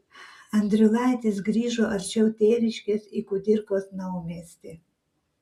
andriulaitis grįžo arčiau tėviškės į kudirkos naumiestį